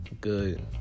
good